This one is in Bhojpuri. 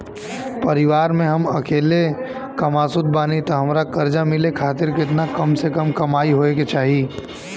परिवार में हम अकेले कमासुत बानी त हमरा कर्जा मिले खातिर केतना कम से कम कमाई होए के चाही?